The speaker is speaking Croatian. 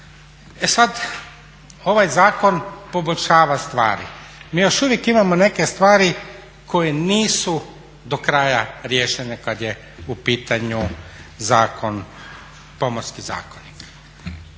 E sad, ovaj zakon poboljšava stvari. Mi još uvijek imamo neke stvari koje nisu do kraja riješene kad je u pitanju Pomorski zakonik.